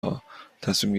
ها، تصمیم